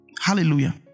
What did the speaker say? hallelujah